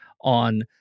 on